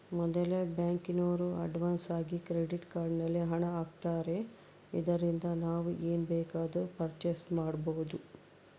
ಮೊದಲೆ ಬ್ಯಾಂಕಿನೋರು ಅಡ್ವಾನ್ಸಾಗಿ ಕ್ರೆಡಿಟ್ ಕಾರ್ಡ್ ನಲ್ಲಿ ಹಣ ಆಗ್ತಾರೆ ಇದರಿಂದ ನಾವು ಏನ್ ಬೇಕಾದರೂ ಪರ್ಚೇಸ್ ಮಾಡ್ಬಬೊದು